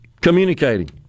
communicating